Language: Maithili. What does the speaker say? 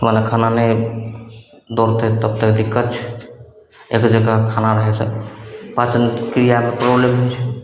मने खाना लए गेल दौड़तय तब तक दिक्कत छै एक जगह खाना रहयसँ पाचन क्रियाके प्रॉब्लम होइ छै